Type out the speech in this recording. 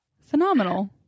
phenomenal